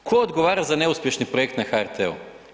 Tko odgovara za neuspješni projekt na HRT-u?